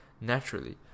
naturally